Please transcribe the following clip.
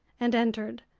and entered.